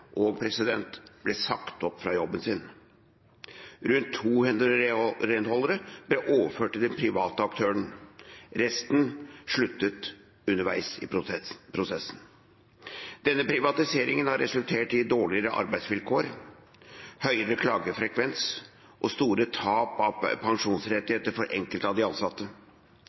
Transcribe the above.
og ble sagt opp fra jobben sin. Rundt 200 renholdere ble overført til den private aktøren. Resten sluttet underveis i prosessen. Denne privatiseringen har resultert i dårligere arbeidsvilkår, høyere klagefrekvens og store tap av pensjonsrettigheter for enkelte av de ansatte.